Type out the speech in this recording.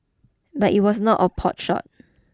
but it was not a potshot